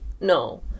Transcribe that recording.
No